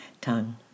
tongue